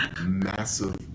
massive